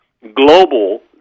Global